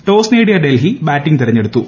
toss നേടിയ Delhi batting തെരഞ്ഞെടുത്തു